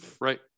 Right